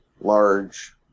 large